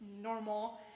normal